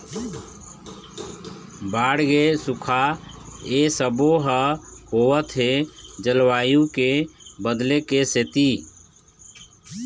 बाड़गे, सुखा ए सबो ह होवत हे जलवायु के बदले के सेती